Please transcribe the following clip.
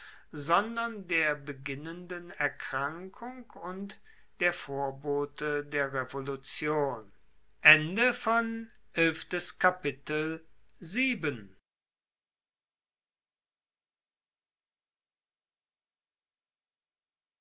sondern der beginnenden erkrankung und der vorbote der revolution